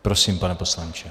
Prosím, pane poslanče.